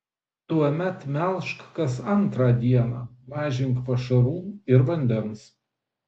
tuomet melžk kas antrą dieną mažink pašarų ir vandens